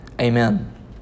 Amen